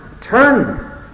Turn